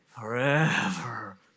Forever